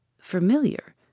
Familiar